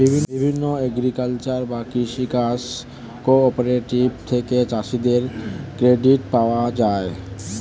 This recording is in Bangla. বিভিন্ন এগ্রিকালচারাল বা কৃষি কাজ কোঅপারেটিভ থেকে চাষীদের ক্রেডিট পাওয়া যায়